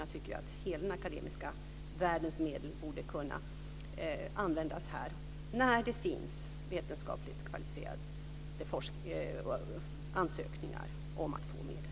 Jag tycker att hela den akademiska världens medel borde kunna användas här när det finns ansökningar om att få medel för vetenskapligt kvalificerad forskning.